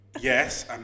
yes